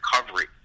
recovery